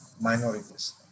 minorities